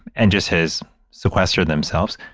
and just has sequestered themselves,